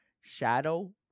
Shadow